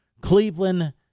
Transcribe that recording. Cleveland